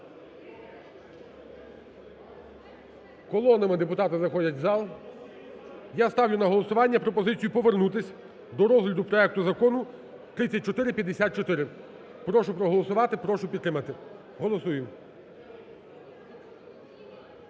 Колонами депутати заходять в зал. Я ставлю на голосування пропозицію повернутись до розгляду проекту Закону 3454. Прошу проголосувати, прошу підтримати. Голосуємо.